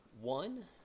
one